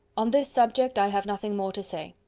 on this subject i have nothing more to say,